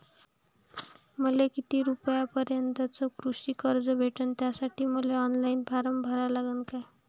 मले किती रूपयापर्यंतचं कृषी कर्ज भेटन, त्यासाठी मले ऑनलाईन फारम भरा लागन का?